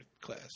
class